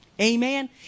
Amen